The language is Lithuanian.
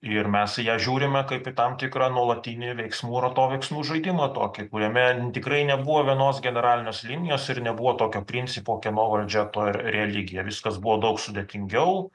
ir mes į ją žiūrime kaip į tam tikrą nuolatinį veiksmų ir atoveiksmių žaidimą tokį kuriame tikrai nebuvo vienos generalinės linijos ir nebuvo tokio principo kieno valdžia to ir religija viskas buvo daug sudėtingiau